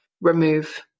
remove